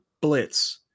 blitz